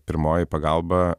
pirmoji pagalba